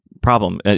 problem